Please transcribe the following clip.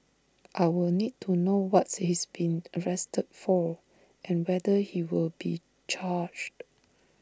I will need to know what's he's been arrested for and whether he will be charged